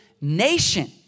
nation